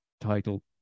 title